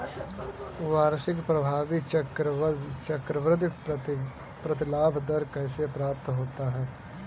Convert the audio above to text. वार्षिक प्रभावी चक्रवृद्धि प्रतिलाभ दर कैसे प्राप्त होता है?